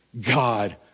God